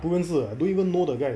不认识的 don't even know the guy